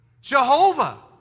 Jehovah